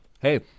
Hey